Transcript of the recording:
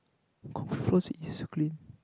it's clean